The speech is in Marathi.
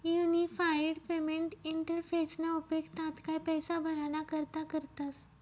युनिफाईड पेमेंट इंटरफेसना उपेग तात्काय पैसा भराणा करता करतस